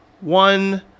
one